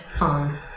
on